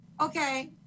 okay